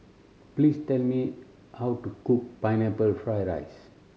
please tell me how to cook Pineapple Fried rice